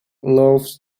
loves